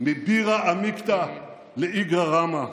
מבירא עמיקתא לאיגרא רמא,